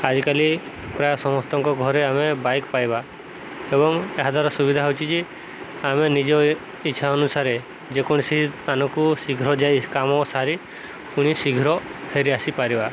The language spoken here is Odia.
ଆଜିକାଲି ପ୍ରାୟ ସମସ୍ତଙ୍କ ଘରେ ଆମେ ବାଇକ୍ ପାଇବା ଏବଂ ଏହାଦ୍ୱାରା ସୁବିଧା ହେଉଛି ଯେ ଆମେ ନିଜ ଇଚ୍ଛା ଅନୁସାରେ ଯେକୌଣସି ସ୍ଥାନକୁ ଶୀଘ୍ର ଯାଇ କାମ ସାରି ପୁଣି ଶୀଘ୍ର ଫେରି ଆସିପାରିବା